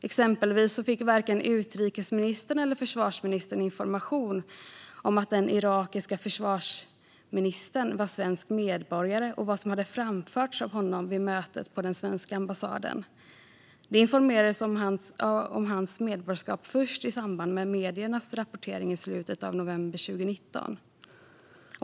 Exempelvis fick varken utrikesministern eller försvarsministern information om att den irakiske försvarsministern var svensk medborgare och om vad som framförts av honom vid mötet på den svenska ambassaden. De informerades om hans medborgarskap först i samband med mediernas rapportering i slutet av november 2019.